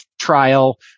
trial